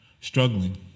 Struggling